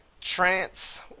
Trance